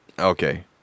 Okay